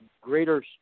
greater